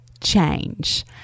change